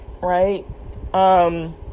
right